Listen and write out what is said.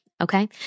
okay